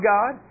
God